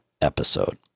episode